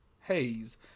haze